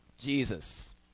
Jesus